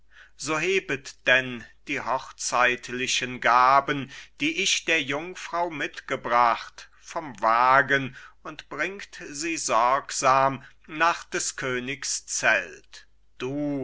so hebet denn die hochzeitlichen gaben die ich der jungfrau mitgebracht vom wagen und bringt sie sorgsam nach des königs zelt du